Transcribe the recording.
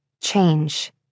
Change